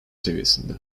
seviyesinde